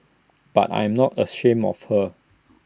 but I am not ashamed of her